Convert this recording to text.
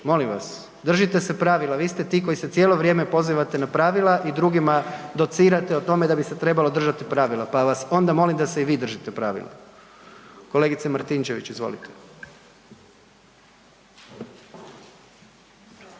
Molim vas. Držite se pravila, vi ste ti koji se cijelo vrijeme pozivate na pravila i drugima docirate o tome da bi se trebalo držati pravila, pa vas onda molim da se i vi držite pravila. Kolegice Martinčević, izvolite.